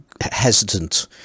hesitant